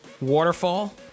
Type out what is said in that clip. waterfall